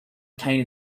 attain